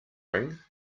ring